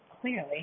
clearly